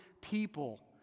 people